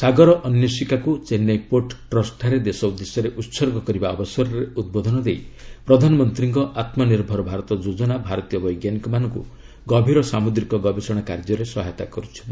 ସାଗର ଅନ୍ୱେଷିକାକୁ ଚେନ୍ନାଇ ପୋର୍ଟ ଟ୍ରଷ୍ଟଠାରେ ଦେଶ ଉଦ୍ଦେଶ୍ୟରେ ଉତ୍ସର୍ଗ କରିବା ଅବସରରେ ଉଦ୍ବୋଧନ ଦେଇ ପ୍ରଧାନମନ୍ତ୍ରୀଙ୍କ ଆତ୍କନିର୍ଭର ଭାରତ ଯୋଜନା ଭାରତୀୟ ବୈଜ୍ଞାନିକମାନଙ୍କ ଗଭୀର ସାମ୍ରଦ୍ରିକ ଗବେଷଣା କାର୍ଯ୍ୟରେ ସହାୟତା କରୁଛି